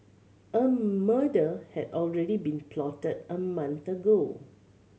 a murder had already been plotted a month ago